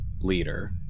leader